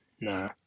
Nah